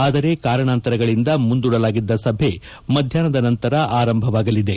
ಆದರೆ ಕಾರಣಾಂತರಗಳಿಂದ ಮುಂದೂಡಲಾಗಿದ್ದ ಸಭೆ ಮಧ್ಯಾಹ್ವದ ನಂತರ ಆರಂಭವಾಗಲಿದೆ